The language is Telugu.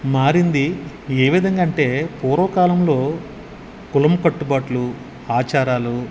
మారింది ఏ విధంగా అంటే పూర్వకాలంలో కులం కట్టుబాట్లు ఆచారాలు